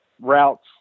routes